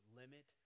limit